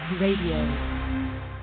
Radio